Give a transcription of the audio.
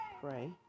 pray